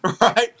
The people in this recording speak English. Right